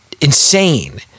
insane